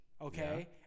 okay